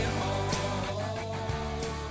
home